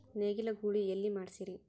ನೇಗಿಲ ಗೂಳಿ ಎಲ್ಲಿ ಮಾಡಸೀರಿ?